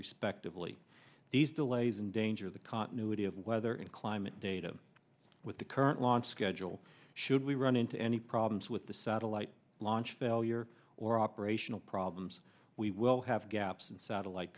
respectively these delays and danger the continuity of weather and climate data with the current launch schedule should we run into any problems with the satellite launch failure or operational problems we will have gaps in satellite